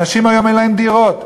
אנשים היום אין להם דירות,